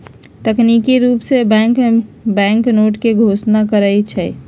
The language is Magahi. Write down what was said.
तकनिकी रूप से बैंक बैंकनोट के घोषणा करई छई